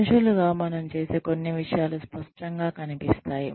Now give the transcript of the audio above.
మనుషులుగా మనం చేసే కొన్ని విషయాలు స్పష్టంగా కనిపిస్తాయి